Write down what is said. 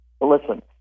listen